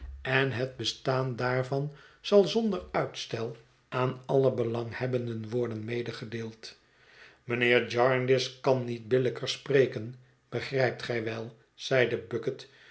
en het bestaan daarvan zal zonder uitstel aan alle belanghebbenden worden medegedeeld mijnheer jarndyce kan niet billijker spreken begrijpt gij wel zeide bucket